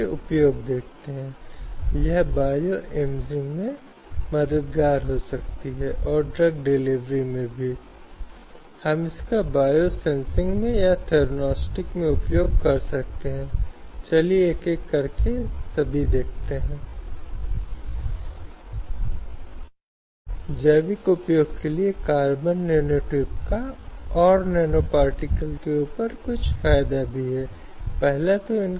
संदर्भसमय को देखें 1331 अब इस संबंध में उन मुद्दों में से एक है जो पिछले कुछ दशकों में विशेष रूप से महिलाओं को त्रस्त करते हुए देखा गया है यह इंगित करने के लिए नहीं कि यह प्रथा पहले कभी नहीं थी लेकिन यह केवल पिछले कुछ दशकों में है कि मामला चर्चा के लिए आ गया है मामला सर्वोच्च न्यायालय के समक्ष आया और इसलिए इसे कार्यस्थल पर यौन उत्पीड़न के मुद्दे को अपना आवश्यक महत्व मिल गया